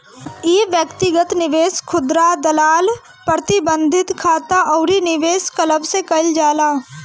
इ व्यक्तिगत निवेश, खुदरा दलाल, प्रतिबंधित खाता अउरी निवेश क्लब से कईल जाला